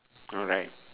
alright